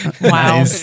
wow